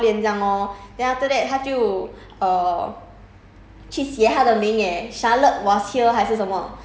ya then so she was brag~ bragging and all lah 很像很 hao lian 这样 lor then after 她就 err